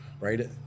Right